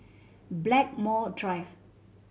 Blackmore Drive